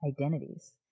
identities